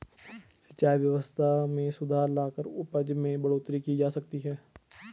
सिंचाई व्यवस्था में सुधार लाकर उपज में बढ़ोतरी की जा सकती है